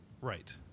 Right